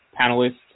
panelists